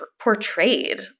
portrayed